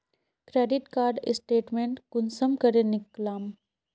Credit card statement कुंसम करे निकलाम?